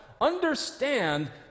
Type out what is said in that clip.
understand